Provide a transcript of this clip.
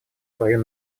свою